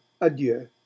ADIEU